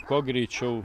kuo greičiau